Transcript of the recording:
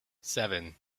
seven